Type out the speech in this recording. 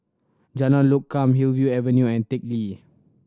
Jalan Lokam Hillview Avenue and Teck Lee